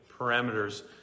parameters